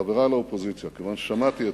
חברי לאופוזיציה, כיוון ששמעתי אתכם,